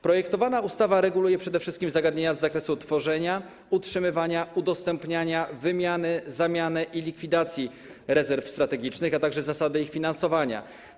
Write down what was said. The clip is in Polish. Projektowana ustawa reguluje przede wszystkim zagadnienia z zakresu tworzenia, utrzymywania, udostępniania, wymiany, zamiany i likwidacji rezerw strategicznych, a także zasady ich finansowania.